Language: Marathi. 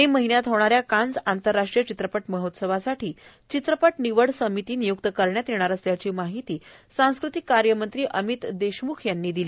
मे महिन्यात होणाऱ्या कांस आंतरराष्ट्रीय चित्रपट महोत्सवासाठी चित्रपट निवडण्यासाठी समिती निय्क्त करण्यात येणार असल्याची माहिती सांस्कृतिक कार्य मंत्री अमित देशम्ख यांनी दिली